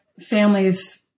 families